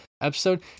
episode